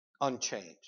unchanged